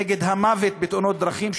נגד המוות בתאונות הדרכים,